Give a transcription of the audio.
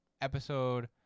episode